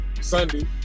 Sunday